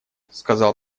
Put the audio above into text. сказал